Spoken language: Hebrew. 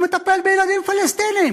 הוא מטפל בילדים פלסטינים.